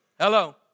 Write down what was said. Hello